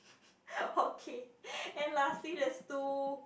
okay and lastly there's two